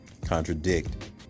contradict